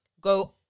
go